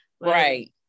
Right